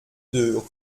deux